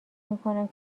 میکنم